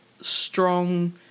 strong